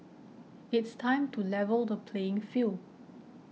it's time to level the playing field